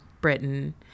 Britain